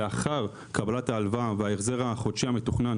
לאחר קבלת ההלוואה וההחזר החודשי המתוכנן,